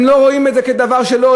הם לא רואים את זה כדבר של עול,